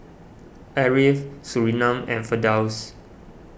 Ariff Surinam and Firdaus